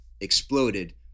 exploded